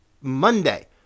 Monday